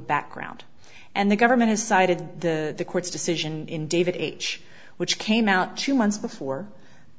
background and the government has cited the court's decision in david h which came out two months before